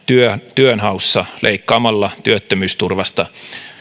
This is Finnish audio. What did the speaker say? työnhaussa leikkaamalla työttömyysturvasta